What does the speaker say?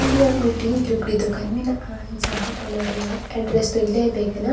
ᱟᱞᱮᱭᱟᱜ ᱢᱤᱫᱴᱤᱡ ᱞᱩᱜᱽᱲᱤ ᱫᱚᱠᱟᱱ ᱢᱮᱱᱟᱜᱼᱟ ᱡᱟᱦᱟᱸ ᱚᱱᱟ ᱨᱮᱭᱟᱜ ᱮᱰᱨᱮᱥ ᱫᱚᱧ ᱞᱟᱹᱭ ᱟᱯᱮ ᱠᱟᱱᱟ